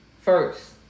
first